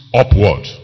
upward